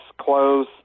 clothes